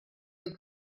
dei